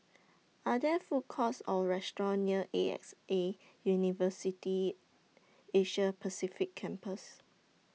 Are There Food Courts Or restaurants near A X A University Asia Pacific Campus